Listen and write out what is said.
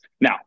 Now